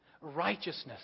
righteousness